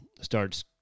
starts